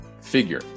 figure